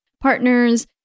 partners